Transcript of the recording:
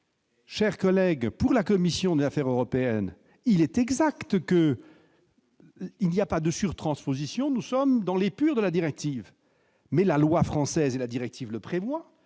chers collègues, pour la commission des affaires européennes, il est exact qu'il n'y a pas de surtransposition. Nous sommes dans l'épure de la directive. Toutefois, comme la directive le prévoit,